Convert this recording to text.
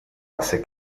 hace